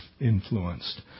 influenced